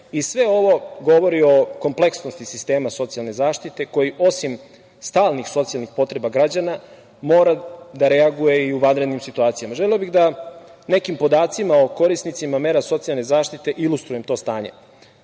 i sve ovo govori o kompleksnosti sistema socijalne zaštite koji osim stalnih socijalnih potreba građana mora da reaguje i u vanrednim situacijama. Želeo bih da nekim podacima o korisnicima mera socijalne zaštite ilustrujem to stanje.